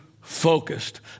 focused